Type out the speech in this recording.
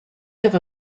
have